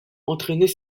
entraînait